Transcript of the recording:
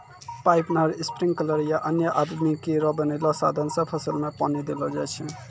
pipe, नहर, sprinkler या अन्य आदमी केरो बनैलो साधन सें फसल में पानी देलो जाय छै